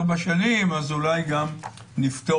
ארבע שנים אולי נפתור.